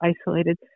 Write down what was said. isolated